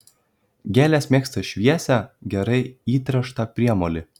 gėlės mėgsta šviesią gerai įtręštą priemolį